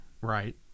Right